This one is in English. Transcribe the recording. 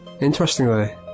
Interestingly